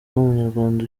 n’umunyarwanda